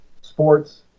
sports